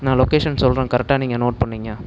நான் லொக்கேஷன் சொல்கிறேன் கரெட்டாக நீங்கள் நோட் பண்ணிக்கங்க